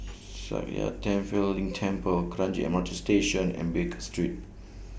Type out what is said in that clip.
Sakya Tenphel Ling Temple Kranji M R T Station and Baker Street